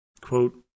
Quote